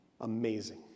amazing